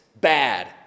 Bad